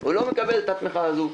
הוא לא מקבל את התמיכה הזאת,